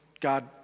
God